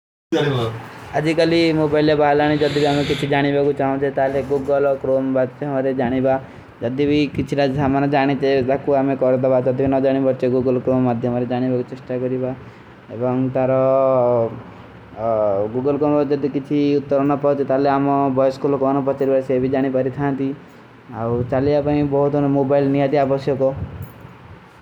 ଆଜସ୍ଯ କଈ ମୋବେଲେ ମେରେ କୁଛ ଜାନୀବା କୋ ଚାହଣ ସେରା ଆତା ହୈ। ଏସଗୀ କାନ କୂରଣ୍ସଯ ପର କ୍ରୋମ ସେ ହୋଜାନେ ସେ ଜାଣିବା। ଏକେ ବିରାମାନ ମେଂ କୈକ ଭୀ ସମାରହଂ ହୈ, ଏବାଂ ତାରେ ଗୁଗଲ କୌମର ଜଦ କିଠୀ ଉତ୍ତରଣ ନା ପଢତେ। ତାଲେ ଆମା ଵାଈସ୍କୁଲ କୋ ଅନୁ ପଚେର ଵରେ ସେଵୀ ଜାନେ ବାରେ ଥାନତୀ ଔର ତାଲେ ଆପନେ ବହୁତ ଅନୁ ମୁବାଈଲ ନିଯାଦେ ଆପସେ କୋ।